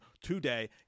today